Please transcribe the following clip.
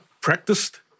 practiced